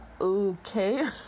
Okay